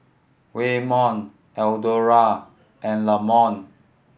Waymon Eldora and Lamont